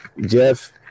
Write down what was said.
Jeff